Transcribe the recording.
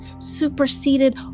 superseded